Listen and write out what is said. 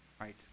Right